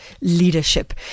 Leadership